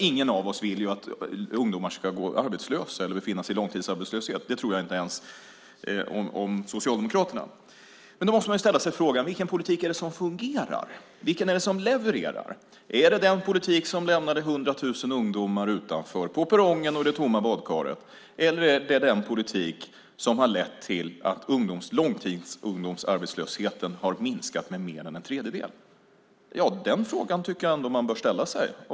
Ingen av oss vill att ungdomar ska gå arbetslösa eller befinna sig i långtidsarbetslöshet. Det tror jag inte ens om Socialdemokraterna. Men då måste man ställa sig frågan: Vilken politik är det som fungerar och levererar? Är det den politik som lämnade 100 000 ungdomar utanför, på perrongen och i det tomma badkaret? Eller är det den politik som har lett till att långtidsungdomsarbetslösheten har minskat med mer än en tredjedel? Den frågan bör man ställa sig.